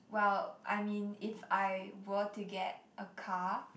well I mean if I were to get a car